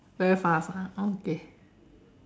very fast ah okay